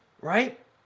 right